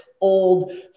old